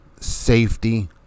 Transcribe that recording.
Safety